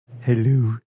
Hello